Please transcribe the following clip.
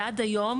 ועד היום,